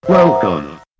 Welcome